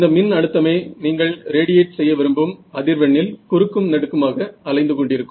இந்த மின் அழுத்தமே நீங்கள் ரேடியேட் செய்ய விரும்பும் அதிர்வெண்ணில் குறுக்கும் நெடுக்குமாக அலைந்து கொண்டிருக்கும்